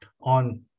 on